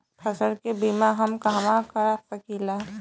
फसल के बिमा हम कहवा करा सकीला?